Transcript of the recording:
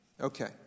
Okay